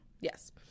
Yes